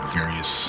various